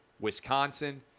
Wisconsin